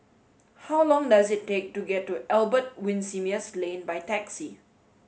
how long does it take to get to Albert Winsemius Lane by taxi